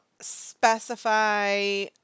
specify